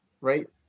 right